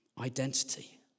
identity